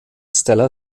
stella